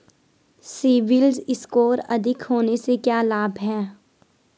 CIBIL score अधिक होने से क्या लाभ हैं?